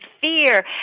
fear